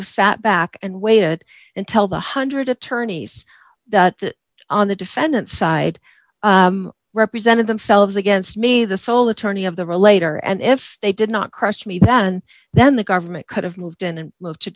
have fat back and waited until the one hundred attorneys that that on the defendant side represented themselves against me the sole attorney of the relator and if they did not trust me then then the government could have moved in and moved to